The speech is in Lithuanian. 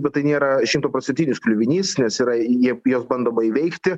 bet tai nėra šimtaprocentinis kliuvinys nes yra jie juos bandoma įveikti